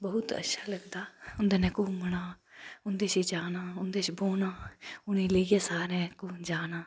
बहुत अच्छा लगदा उं'दे कन्नै घूमना उं'दे कश जाना उं'दे कश बौह्ना उ'नें गी लेइयै सारें जाना